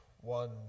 one